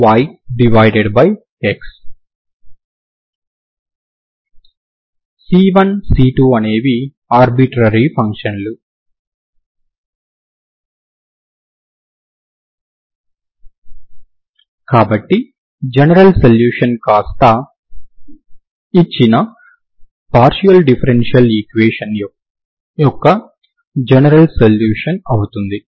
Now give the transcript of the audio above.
C1 C2 అనేవి arbitrary ఫంక్షన్లు కాబట్టి జనరల్ సొల్యూషన్ కాస్తా ఇచ్చిన PDE యొక్క జనరల్ సొల్యూషన్ అవుతుంది